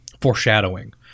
foreshadowing